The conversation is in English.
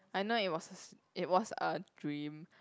I know it was s~ it was a dream